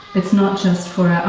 it's not just for